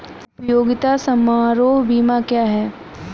उपयोगिता समारोह बीमा क्या है?